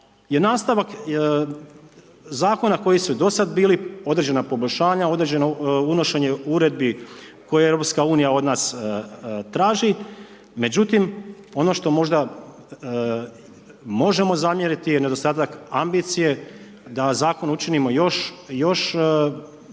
je nastavak zakona koji su do sada bili, određena poboljšanja, unošenje uredbi koje EU od nas traži, međutim, ono što možda možemo zamjeriti je nedostatak ambicije, da zakon učinimo još